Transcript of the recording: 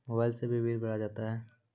Mobile से भी bill भरा जाता हैं?